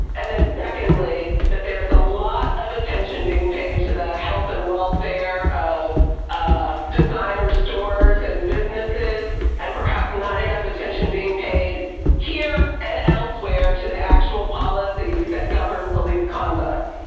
and then secondly that there is a lot of attention being paid to the health and welfare of ah designer stores and businesses and perhaps not enough attention being paid here and elsewhere to the actual policies that govern police conduct.